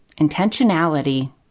intentionality